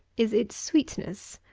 is its sweetness,